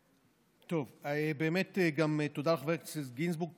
טוב, באמת גם תודה לחבר הכנסת גינזבורג.